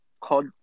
called